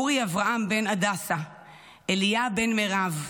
אורי אברהם בן הדסה וינברג, אליה בן מרב,